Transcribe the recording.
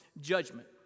judgment